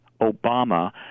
Obama